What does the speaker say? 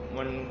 one